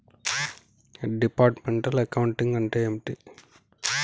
Departmental accounting అంటే ఏమిటి?